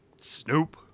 Snoop